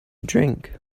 drink